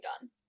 done